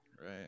Right